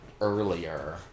earlier